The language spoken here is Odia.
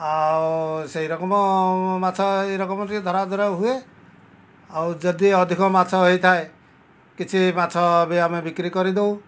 ଆଉ ସେଇ ରକମ ମାଛ ଏଇ ରକମ ଟିକେ ଧରା ଧରା ହୁଏ ଆଉ ଯଦି ଅଧିକ ମାଛ ହେଇଥାଏ କିଛି ମାଛ ବି ଆମେ ବିକ୍ରି କରିଦେଉ